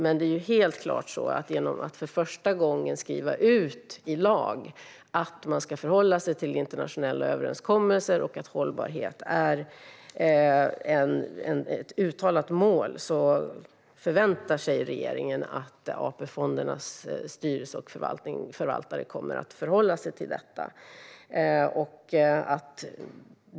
Men genom att för första gången införa i lag att man ska förhålla sig till internationella överenskommelser och att hållbarhet är ett uttalat mål, så förväntar sig regeringen att AP-fondernas styrelser och förvaltare kommer att förhålla sig till detta.